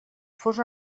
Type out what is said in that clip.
fos